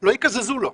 ולא יקזזו לו.